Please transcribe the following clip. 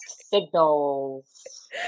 signals